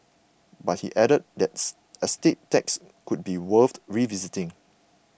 but he added that's estate tax could be worth revisiting